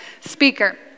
speaker